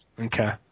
Okay